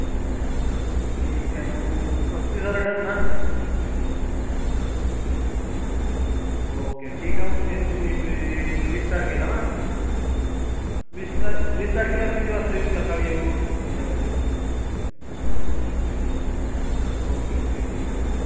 ठीक आहे मग पस्तीस हजार डन ना ओके ठीक आहे मग येतो मी वी वीस तारखेला ना वीस तार वीस तारखेला किती वाजता येऊ सकाळी येऊ की संध्याकाळी ओके ओके ठीक आहे चला